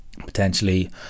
Potentially